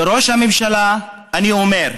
לראש הממשלה אני אומר,